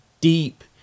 deep